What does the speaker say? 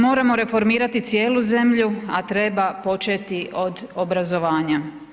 Moramo reformirati cijelu zemlju, a treba početi od obrazovanja.